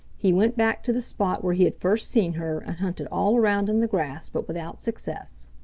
he went back to the spot where he had first seen her and hunted all around in the grass, but without success.